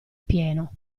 pieno